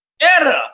error